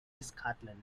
scotland